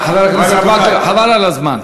חבר הכנסת מקלב, חבל על הזמן.